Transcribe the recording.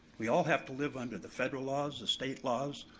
we all have to live under the federal laws, the state laws,